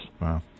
Wow